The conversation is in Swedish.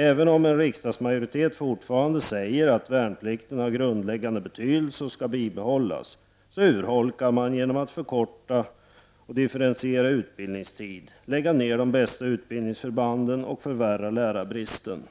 Även om en riksdagsmajoritet fortfarande säger att värnplikten har en grundläggande betydelse och att den skall bibehållas, blir det en urholkning genom att man förkortar och differentierar utbildningstiden, lägger ned de bästa utbildningsförbanden och förvärrar lärarbristen.